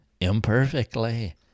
imperfectly